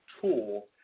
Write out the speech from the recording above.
tool